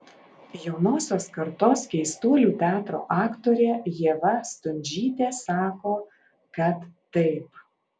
jaunosios kartos keistuolių teatro aktorė ieva stundžytė sako kad taip